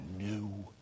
new